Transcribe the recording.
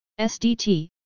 SDT